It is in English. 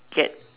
get